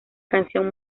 canción